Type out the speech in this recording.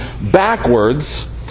backwards